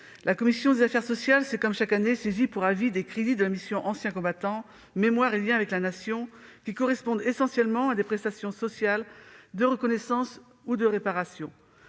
la commission des affaires sociales s'est, comme chaque année, saisie pour avis des crédits de la mission « Anciens combattants, mémoire et liens avec la Nation », qui correspondent essentiellement à des prestations sociales de reconnaissance ou de réparation.